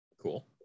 Cool